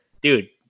dude